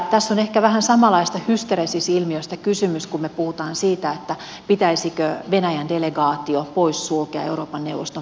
tässä on ehkä vähän samanlaisesta hysteresis ilmiöstä kysymys kun me puhumme siitä pitäisikö venäjän delegaatio poissulkea euroopan neuvoston foorumilta